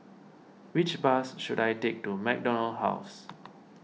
which bus should I take to MacDonald House